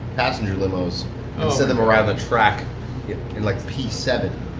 passenger limos and send them around the track in like p seven.